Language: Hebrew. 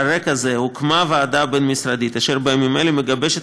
על רקע זה הוקמה ועדה בין-משרדית אשר בימים אלה מגבשת